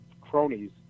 cronies